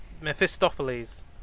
Mephistopheles